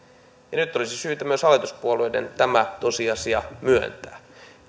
ja nyt olisi syytä myös hallituspuolueiden tämä tosiasia myöntää